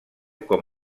com